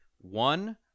one